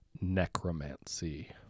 Necromancy